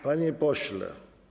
Panie pośle.